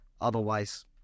Otherwise